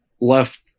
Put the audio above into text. left